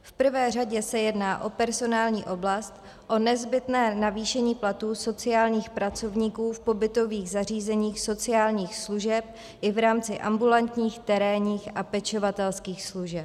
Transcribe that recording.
V prvé řadě se jedná o personální oblast, o nezbytné navýšení platů sociálních pracovníků v pobytových zařízeních sociálních služeb i v rámci ambulantních, terénních a pečovatelských služeb.